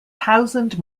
thousand